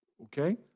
Okay